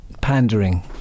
pandering